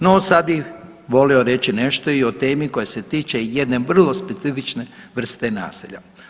No, sad bi volio reći nešto i o temi koja se tiče jedne vrlo specifične vrste naselja.